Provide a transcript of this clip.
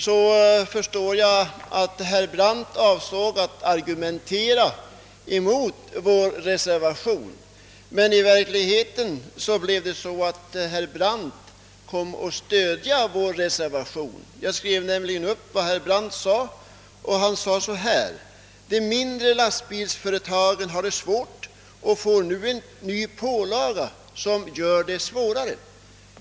Jag förstår att herr Brandt avsåg att argumentera emot vår reservation, men i verkligheten kom herr Brandt att stödja den, Jag skrev nämligen upp vad han sade: De mindre lastbilsföretagen har det svårt och får nu en ny pålaga som gör läget svårare.